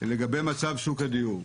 לגבי מצב שוק הדיור.